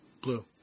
Blue